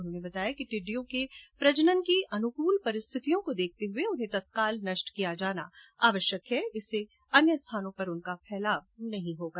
उन्होने बताया कि टिड्डियों के प्रजनन की अनुकूल परिस्थितियों देखते हुये उन्हें तत्काल नष्ट किया जाना आवश्यक है जिससे अन्य स्थानों पर उनका फैलाव नहीं हो सके